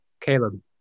Caleb